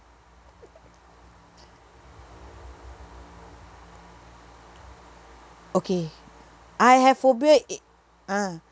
okay I have phobia i~ ah